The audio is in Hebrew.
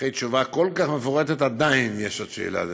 אחרי תשובה כל כך מפורטת עדיין יש עוד שאלה.